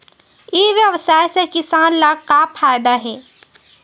ई व्यवसाय से किसान ला का फ़ायदा हे?